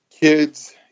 kids